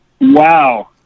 Wow